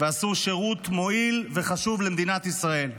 ועשו שירות מועיל וחשוב למדינת ישראל.